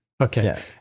Okay